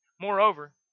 Moreover